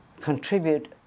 contribute